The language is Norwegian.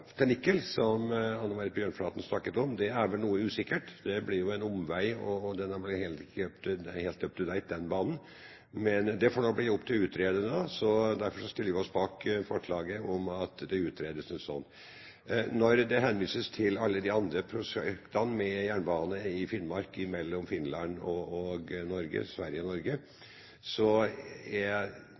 den skal gå til Nikel, som Anne Marit Bjørnflaten snakket om, er vel noe usikkert. Det blir jo en omvei, og den banen blir vel heller ikke helt up-to-date. Men det får nå bli opp til utrederne, og derfor stiller vi oss bak forslaget om at det utredes. Når det henvises til alle de andre prosjektene, med jernbane i Finnmark mellom Finland og Sverige og Norge, er